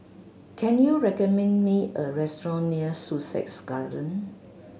can you recommend me a restaurant near Sussex Garden